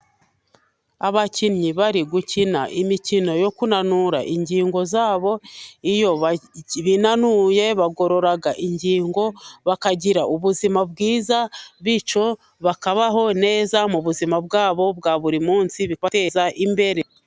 Abakinnyi bari gukina imikino yo kunanura ingingo zabo. Iyo binanuye bagorora ingingo bakagira ubuzima bwiza, bityo bakabaho neza mu buzima bwabo bwa buri munsi, bibateza imbere.